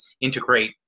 integrate